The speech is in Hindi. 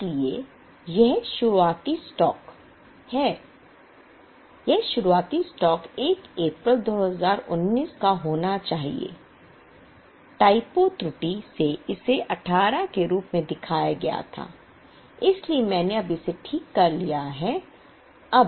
इसलिए यह शुरुआती स्टॉक 1 अप्रैल 2019 को होना चाहिए टाइपो त्रुटि से इसे 18 के रूप में दिखाया गया था इसलिए मैंने अब इसे ठीक कर लिया है